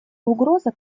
угроза